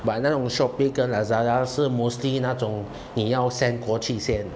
but 那种 Shopee 跟 Lazada 是 mostly 那种你要 send 过去先